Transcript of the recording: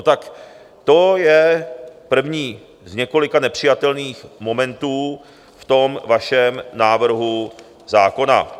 Tak to je první z několika nepřijatelných momentů v tom vašem návrhu zákona.